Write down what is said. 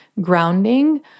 grounding